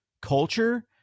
culture